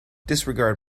disregard